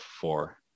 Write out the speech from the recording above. four